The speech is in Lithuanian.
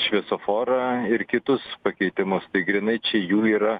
šviesoforą ir kitus pakeitimus tai grynai čia jų yra